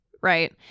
right